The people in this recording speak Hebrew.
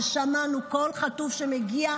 וכל חטוף שמגיע,